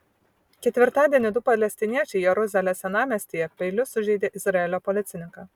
ketvirtadienį du palestiniečiai jeruzalės senamiestyje peiliu sužeidė izraelio policininką